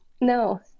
no